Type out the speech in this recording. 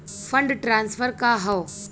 Fund transfer का हव?